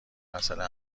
مساله